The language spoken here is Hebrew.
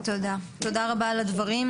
תודה רבה על הדברים,